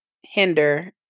hinder